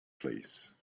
place